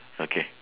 okay